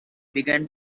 began